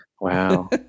Wow